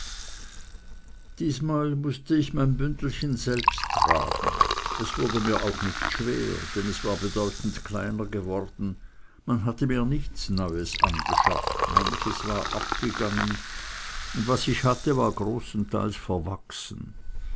diesmal mußte ich mein bündelchen selbst tragen es wurde mir auch nicht schwer es war bedeutend kleiner geworden man hatte mir nichts neues angeschafft manches war abgegangen und was ich hatte war großenteils verwachsen